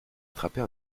attraper